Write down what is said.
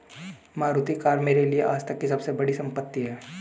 Maruti car मेरे लिए आजतक की सबसे बड़ी संपत्ति है